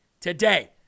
today